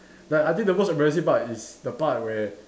like I think the most embarrassing part is the part where